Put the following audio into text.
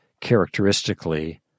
characteristically